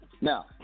Now